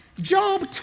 Job